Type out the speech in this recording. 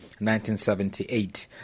1978